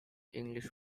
english